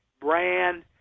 brand